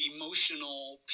emotional